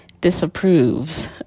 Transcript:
disapproves